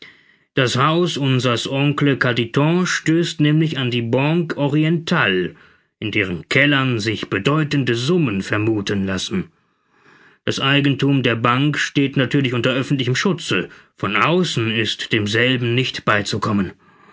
das haus unsers oncle carditon stößt nämlich an die banque orientale in deren kellern sich bedeutende summen vermuthen lassen das eigenthum der bank steht natürlich unter öffentlichem schutze von außen ist demselben nicht beizukommen